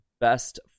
best